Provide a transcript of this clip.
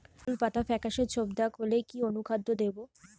আলুর পাতা ফেকাসে ছোপদাগ হলে কি অনুখাদ্য দেবো?